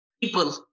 people